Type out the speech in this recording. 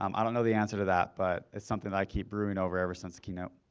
um i don't know the answer to that but it's something i keep brewing over ever since keynote.